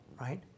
right